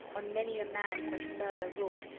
on many a man such murder wrought,